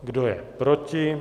Kdo je proti?